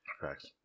correct